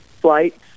flights